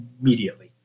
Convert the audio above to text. immediately